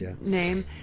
name